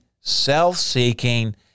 self-seeking